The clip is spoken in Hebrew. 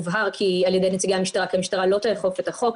הובהר על ידי נציגי המשטרה כי המשטרה לא תאכוף את החוק.